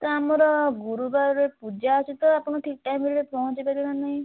ତ ଆମର ଗୁରୁବାର ପୂଜା ଅଛି ତ ଆପଣ ଠିକ୍ ଟାଇମ୍ରେ ପହଞ୍ଚେଇ ପାରିବେ ନା ନାଇଁ